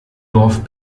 dorf